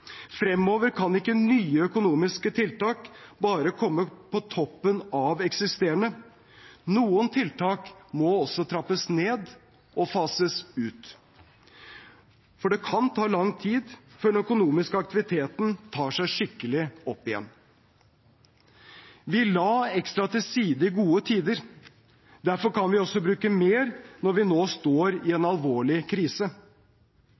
Fremover kan ikke nye økonomiske tiltak bare komme på toppen av eksisterende. Noen tiltak må også trappes ned og fases ut, for det kan ta lang tid før den økonomiske aktiviteten tar seg skikkelig opp igjen. Vi la ekstra til side i gode tider. Derfor kan vi også bruke mer når vi nå står i en alvorlig krise.